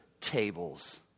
tables